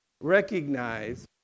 recognize